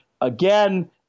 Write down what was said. again